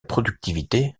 productivité